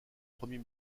premier